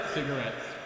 Cigarettes